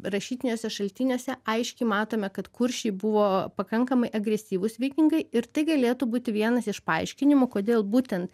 rašytiniuose šaltiniuose aiškiai matome kad kuršiai buvo pakankamai agresyvūs vikingai ir tai galėtų būti vienas iš paaiškinimų kodėl būtent